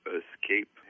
escape